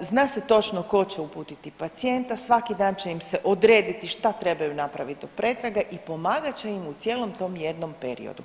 zna se točno ko će uputiti pacijenta, svaki dan će im se odrediti šta trebaju napravit od pretrage i pomagat će im u cijelom tom jednom periodu.